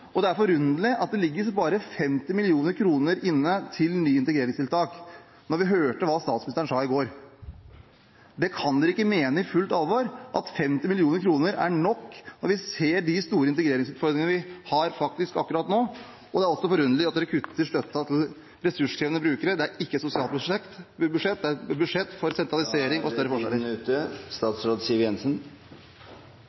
forunderlig at det ligger bare 50 mill. kr inne til nye integreringstiltak når vi hørte hva statsministeren sa i går. Regjeringen kan ikke mene i fullt alvor at 50 mill. kr er nok når en ser de store integreringsutfordringene vi faktisk har akkurat nå. Det er også forunderlig at de kutter støtten til ressurskrevende brukere. Det er ikke et sosialt budsjett, det er et budsjett for sentralisering og … Da er tiden ute.